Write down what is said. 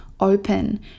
open